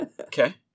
Okay